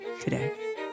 today